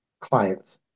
clients